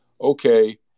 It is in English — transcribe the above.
okay